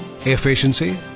efficiency